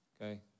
okay